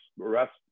arrest